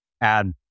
add